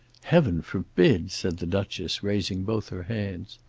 heaven forbid! said the duchess, raising both her hands.